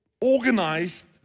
organized